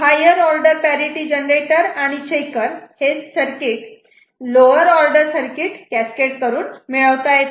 higher order parity generator आणि checker circuit lower order circuit cascade करून मिळविता येते